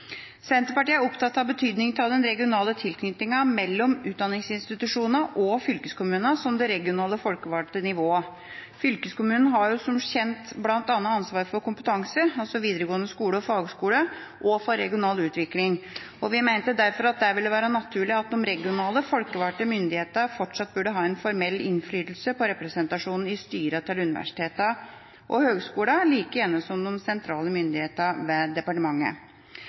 Senterpartiet er opptatt av betydningen av den regionale tilknytningen mellom utdanningsinstitusjonene og fylkeskommunene som det regionale folkevalgte nivået. Fylkeskommunen har som kjent bl.a. ansvar for kompetanse i videregående skole og fagskole og for regional utvikling. Vi mente derfor at det ville være naturlig at de regionale, folkevalgte myndighetene fortsatt burde ha formell innflytelse på representasjonen i styrene til universitetene og høyskolene, like gjerne som de sentrale myndighetene ved departementet.